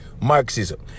Marxism